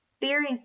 Theories